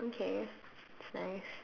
okay that's nice